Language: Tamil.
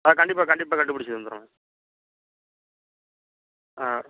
ஆ கண்டிப்பாக கண்டிப்பாக கண்டுபிடிச்சு தந்துடுறோம் ஆ